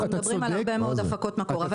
אנחנו מדברים על הרבה מאוד הפקות מקור.